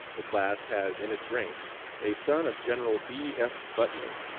the class has in its ranks a son of general b. f. butler,